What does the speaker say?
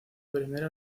primera